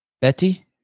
betty